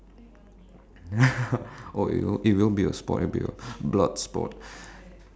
then tennis balls as well ya sure sure definitely this this topic is mmhmm